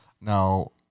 Now